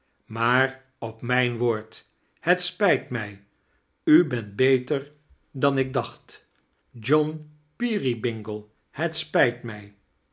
maar op mijn woord het spijt mij u bent beter dan ik dacht john peerybingle het spijt mij